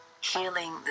Healing